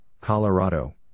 Colorado